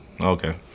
Okay